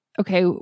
okay